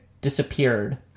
disappeared